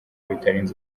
bitarenze